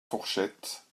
fourchettes